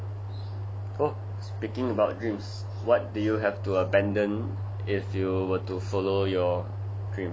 oh speaking about dreams what do you have to abandon if you were to follow your dream